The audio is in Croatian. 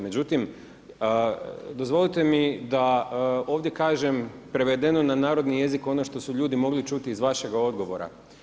Međutim, dozvolite mi da ovdje kažem prevedeno na narodni jezik ono što su ljudi mogli čuti iz vašega odgovora.